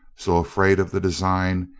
so, afraid of the design,